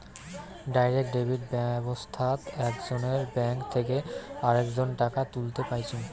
direct debit ব্যাবস্থাত একজনের bank থেকে আরেকজন টাকা তুলতে পাইচুঙ